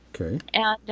Okay